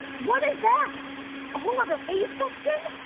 what is that? a whole other a section?